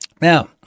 Now